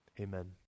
amen